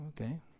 okay